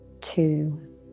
two